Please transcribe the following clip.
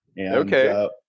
Okay